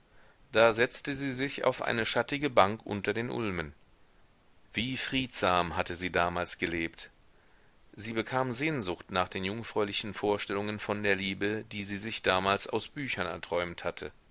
da setzte sie sich auf eine schattige bank unter den ulmen wie friedsam hatte sie damals gelebt sie bekam sehnsucht nach den jungfräulichen vorstellungen von der liebe die sie sich damals aus büchern erträumt hatte